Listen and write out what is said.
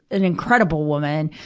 an incredible woman,